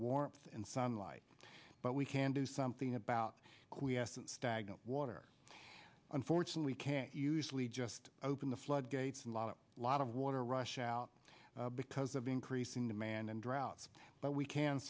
warmth and sunlight but we can do something about stagnant water unfortunately can't just open the floodgates and lot a lot of water rushes out because of increasing demand and drought but we can